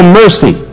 mercy